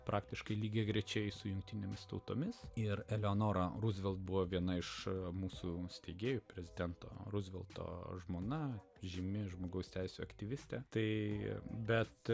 praktiškai lygiagrečiai su jungtinėmis tautomis ir eleonora ruzveltui buvo viena iš mūsų steigėjų prezidento ruzvelto žmona žymi žmogaus teisių aktyvistė tai bet